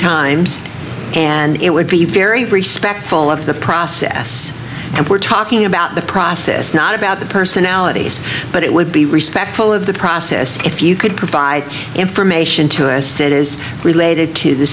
times and it would be very respectable of the process we're talking about the process not about the personalities but it would be respectful of the process if you could provide information to us that is related to the